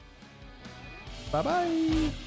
Bye-bye